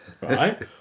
right